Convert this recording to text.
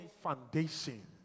foundation